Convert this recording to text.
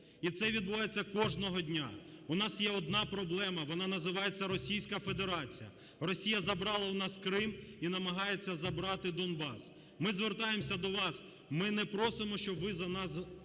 і це відбувається кожного дня. У нас є одна проблема, вона називається: Російська Федерація. Росія забрала у нас Крим і намагається забрати Донбас. Ми звертаємося до вас, ми не просимо, щоб ви за нас